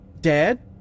Dad